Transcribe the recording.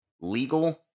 legal